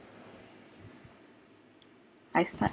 I start